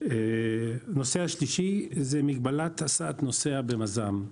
הנושא השלישי זה מגבלת הסעת נוסע במז"ם.